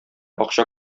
акча